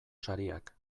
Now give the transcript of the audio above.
sariak